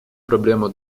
проблему